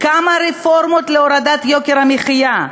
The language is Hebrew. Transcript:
כמה רפורמות להורדת יוקר המחיה,